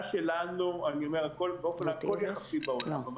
הכול יחסי בעולם,